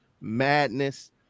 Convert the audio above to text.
Madness